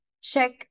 Check